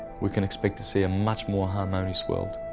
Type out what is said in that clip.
we can expect to see a much more harmonious world.